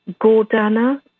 Gordana